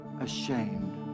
ashamed